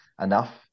enough